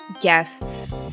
guests